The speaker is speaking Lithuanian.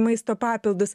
maisto papildus